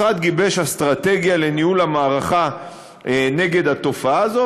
גיבש אסטרטגיה לניהול המערכה נגד התופעה הזאת,